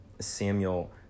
Samuel